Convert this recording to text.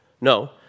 No